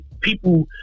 people